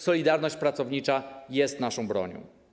Solidarność pracownicza jest naszą bronią.